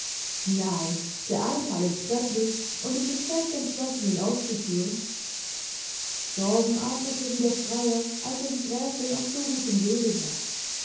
nein der einfall ist göttlich und ich bin fest entschlossen ihn auszuführen sorben atmete wieder freier als er die gräfin auf so gutem wege sah